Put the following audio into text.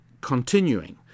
continuing